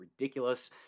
ridiculous